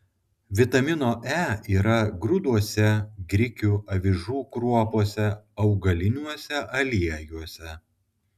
vitamino e yra grūduose grikių avižų kruopose augaliniuose aliejuose